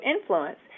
influence